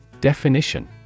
Definition